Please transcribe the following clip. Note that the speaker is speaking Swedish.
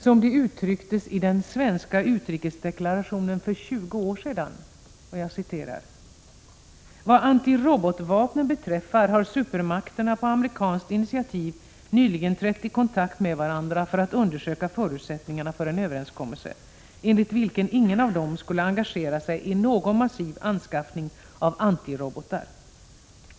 Som det uttrycktes i den svenska utrikesdeklarationen för 20 år sedan: ”Vad antirobotvapnen beträffar har supermakterna på amerikanskt initiativ nyligen trätt i kontakt med varandra för att undersöka förutsättningarna för en överenskommelse, enligt vilken ingen av dem skulle engagera sig i någon massiv anskaffning av antirobotar.